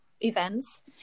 events